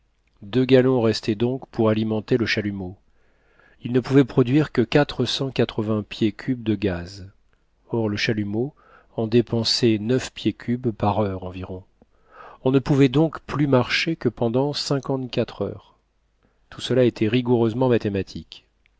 deux gallons restaient donc pour alimenter le chalumeau ils ne pouvaient produire que quatre cent quatre-vingts pieds cubes de gaz or le chalumeau en dépensait neuf pieds cubes par heure environ on ne pouvait donc plus marcher que pendant cinquante-quatre heures tout cela était rigoureusement mathématique